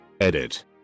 Edit